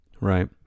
Right